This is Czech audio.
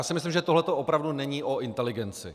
Myslím si, že tohleto opravdu není o inteligenci.